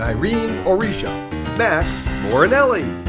i mean odisha, max borenelli,